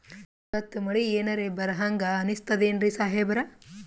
ಇವತ್ತ ಮಳಿ ಎನರೆ ಬರಹಂಗ ಅನಿಸ್ತದೆನ್ರಿ ಸಾಹೇಬರ?